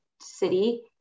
city